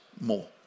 more